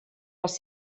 les